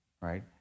right